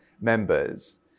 members